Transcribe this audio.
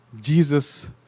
Jesus